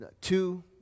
two